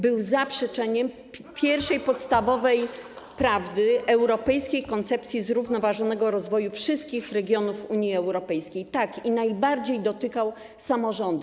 był zaprzeczeniem pierwszej podstawowej prawdy europejskiej koncepcji zrównoważonego rozwoju wszystkich regionów Unii Europejskiej i najbardziej dotykał samorządy.